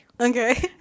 Okay